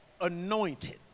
anointed